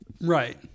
Right